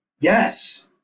Yes